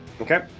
Okay